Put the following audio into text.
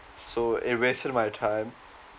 so it wasted my time